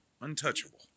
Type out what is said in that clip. Untouchable